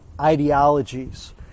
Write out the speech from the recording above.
ideologies